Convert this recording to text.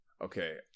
Okay